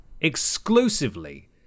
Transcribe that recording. exclusively